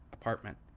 apartment